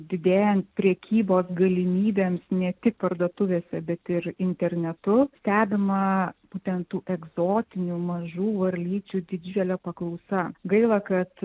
didėjant prekybos galimybėms ne tik parduotuvėse bet ir internetu stebima būtent tų egzotinių mažų varlyčių didžiulė paklausa gaila kad